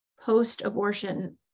post-abortion